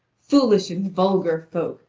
foolish and vulgar folk,